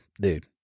dude